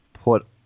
put